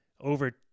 over